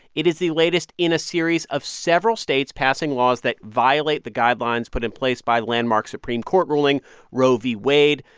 it is the latest in a series of several states passing laws that violate the guidelines put in place by landmark supreme court ruling roe v. wade.